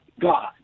God